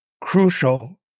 crucial